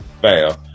fail